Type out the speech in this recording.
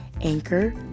Anchor